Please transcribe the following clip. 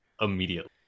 immediately